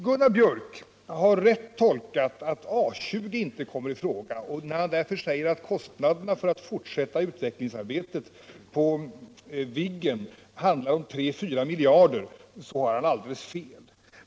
Gunnar Björk har gjort en riktig tolkning när han säger att A 20 inte kommer i fråga, och när han därför säger att kostnaderna för att fortsätta utvecklingsarbetet på Viggen handlar om 34 miljarder har han alldeles fel.